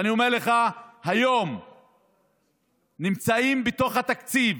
ואני אומר לך שהיום נמצאים בתוך התקציב